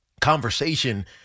conversation